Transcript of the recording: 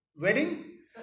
wedding